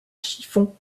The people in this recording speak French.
chiffon